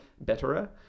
betterer